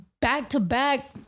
back-to-back